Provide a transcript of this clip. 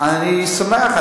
אני אשמח.